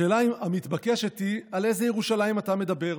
השאלה המתבקשת היא על איזו ירושלים אתה מדבר,